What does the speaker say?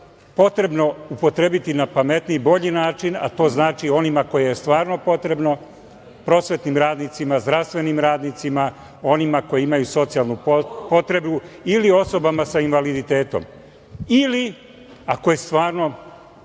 potrebno upotrebiti na pametniji i bolji način, a to znači onima kojima je stvarno potrebno, prosvetnim radnicima, zdravstvenim radnicima, onima koji imaju socijalnu potrebu ili osobama sa invaliditetom ili ako je stvarno